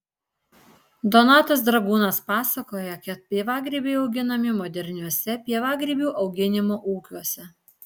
donatas dragūnas pasakoja kad pievagrybiai auginami moderniuose pievagrybių auginimo ūkiuose